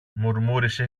μουρμούρισε